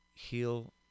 heal